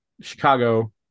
Chicago